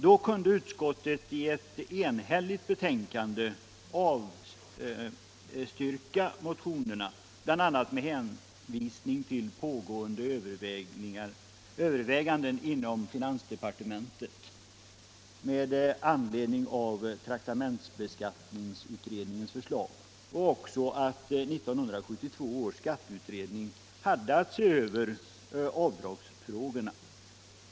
Då kunde utskottet i ett enhälligt betänkande avstyrka motionerna, bl.a. med hänvisning till pågående överväganden inom finansdepartementet med anledning av traktamentsbeskattningsutredningens förslag och till att 1972 års skatteutredning har att se över avdragsfrågorna.